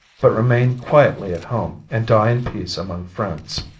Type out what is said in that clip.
but remain quietly at home and die in peace among friends.